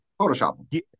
Photoshop